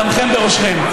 דמכם בראשכם.